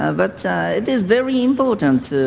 ah but it is very important